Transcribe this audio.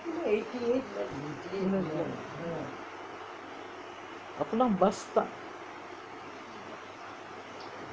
இல்லே இல்லே அப்பலாம்:illae illae appalaam bus தான்:thaan